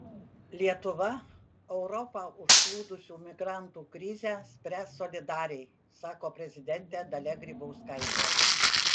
lietuva europą užplūdusių migrantų krizę spręs solidariai sako prezidentė dalia grybauskaitė